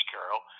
Carol